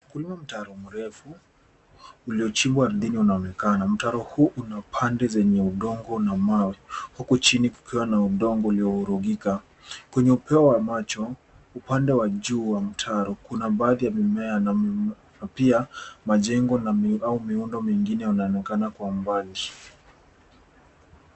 kunao mtaro mrefu uliochimbwa unaonekana. Mtaro huu una pande zenye udongo na mawe huku chini kukiwa na udongo uliorugika. Kwenye upeo wa macho, upande wa juu au mtaro kuna baadhi ya mimea na pia majengo na miundo mingine yanaonekana kwa umbali.